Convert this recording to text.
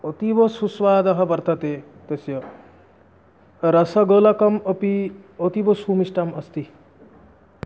अतीवसुस्वादः वर्तते तस्य रसगोलकम् अपि अतीवसुमिष्टम् अस्ति